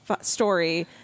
story